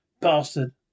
Bastard